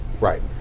Right